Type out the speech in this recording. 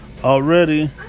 already